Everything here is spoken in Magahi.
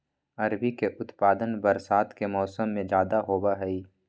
अरबी के उत्पादन बरसात के मौसम में ज्यादा होबा हई